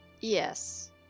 Yes